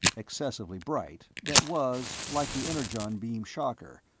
excessively bright, that was, like the energon-beam shocker,